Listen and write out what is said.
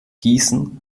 gießen